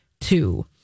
two